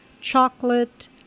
chocolate